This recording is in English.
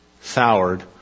soured